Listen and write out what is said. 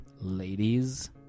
Ladies